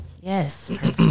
Yes